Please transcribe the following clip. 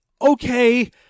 Okay